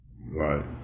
Right